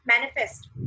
manifest